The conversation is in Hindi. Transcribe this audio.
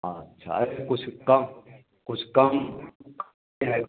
अच्छा अरे कुछ कम कुछ कम के है